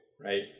right